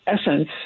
essence